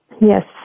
Yes